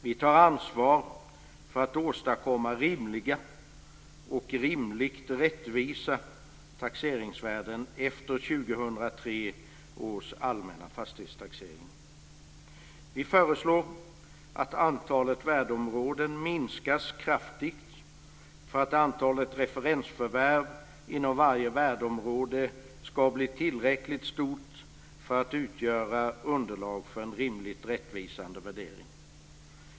Vi tar ansvar för att åstadkomma rimliga och rimligt rättvisa taxeringsvärden efter 2003 års allmänna fastighetstaxering. Vi föreslår att antalet värdeområden minskar kraftigt för att antalet referensförvärv inom varje värdeområde ska bli tillräckligt stort för att utgöra underlag för en rimligt rättvisande värdering.